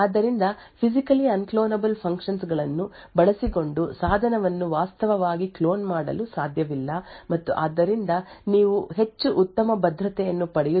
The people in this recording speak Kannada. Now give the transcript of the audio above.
ಆದ್ದರಿಂದ ಫಿಸಿಕಲಿ ಅನ್ಕ್ಲೋನಬಲ್ ಫಂಕ್ಷನ್ಸ್ ಗಳನ್ನು ಬಳಸಿಕೊಂಡು ಸಾಧನವನ್ನು ವಾಸ್ತವವಾಗಿ ಕ್ಲೋನ್ ಮಾಡಲು ಸಾಧ್ಯವಿಲ್ಲ ಮತ್ತು ಆದ್ದರಿಂದ ನೀವು ಹೆಚ್ಚು ಉತ್ತಮ ಭದ್ರತೆಯನ್ನು ಪಡೆಯುತ್ತೀರಿ